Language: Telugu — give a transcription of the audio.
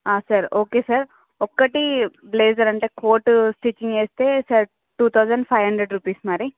సార్ ఓకే సార్ ఒక్కటి బ్లేజర్ అంటే కోటు స్టిచింగ్ చేస్తే ష two thousand five hundred rupees మరి